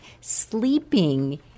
sleeping